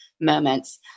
moments